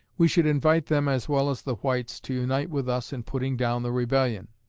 we should invite them as well as the whites to unite with us in putting down the rebellion.